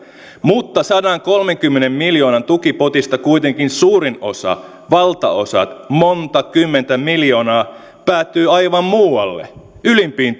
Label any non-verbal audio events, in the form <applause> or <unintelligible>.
mutta sadankolmenkymmenen miljoonan tukipotista kuitenkin suurin osa valtaosa monta kymmentä miljoonaa päätyy aivan muualle ylimpiin <unintelligible>